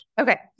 Okay